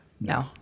No